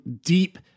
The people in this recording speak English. deep